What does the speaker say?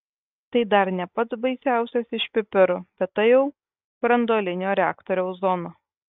tai dar ne pats baisiausias iš pipirų bet tai jau branduolinio reaktoriaus zona